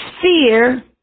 fear